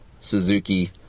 Suzuki